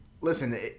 Listen